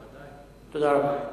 ודאי, ירושלים.